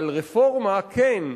אבל רפורמה, כן,